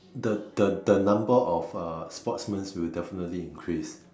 the the the number of uh sportsmen will definitely increase